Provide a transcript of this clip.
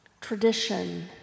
tradition